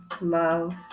love